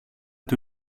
του